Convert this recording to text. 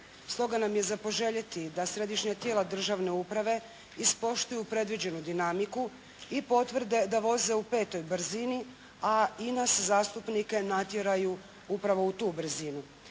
Stoga nam je za poželjeti da središnja tijela državne uprave ispoštuju predviđenu dinamiku i potvrde da voze u petoj brzini, a i nas zastupnike natjeraju upravo u tu brzinu